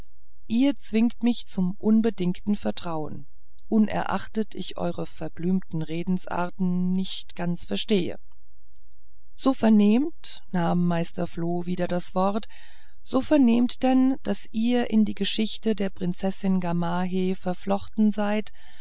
ihr zwingt mich zum unbedingten vertrauen unerachtet ich eure verblümten redensarten nicht ganz verstehe so vernehmt nahm meister floh wieder das wort so vernehmt denn daß ihr in die geschichte der prinzessin gamaheh verflochten seid